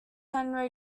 henry